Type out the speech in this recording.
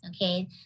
Okay